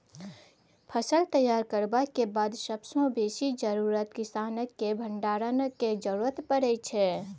फसल तैयार करबाक बाद सबसँ बेसी जरुरत किसानकेँ भंडारणक जरुरत परै छै